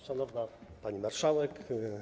Szanowna Pani Marszałek!